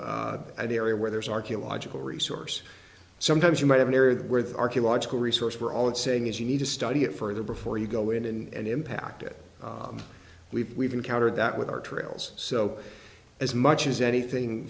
an area where there's archaeological resource sometimes you might have an area where the archaeological resource for all it's saying is you need to study it further before you go in and impact it we've we've encountered that with our trails so as much as anything